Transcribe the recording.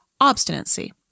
obstinacy